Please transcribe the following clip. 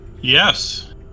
Yes